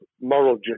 moral